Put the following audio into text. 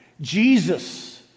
Jesus